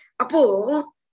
Apo